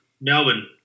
Melbourne